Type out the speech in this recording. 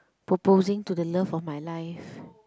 proposing to the love of my life